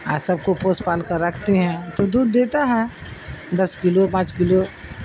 اور سب کو پوس پال کر رکھتے ہیں تو دودھ دیتا ہے دس کلو پانچ کلو